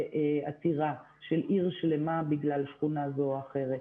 עצירה של עיר שלמה בגלל שכונה זו או אחרת.